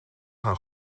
gaan